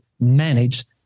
Managed